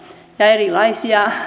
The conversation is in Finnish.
ja erilaisia